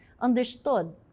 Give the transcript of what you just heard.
understood